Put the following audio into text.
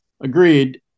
Agreed